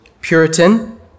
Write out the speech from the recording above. Puritan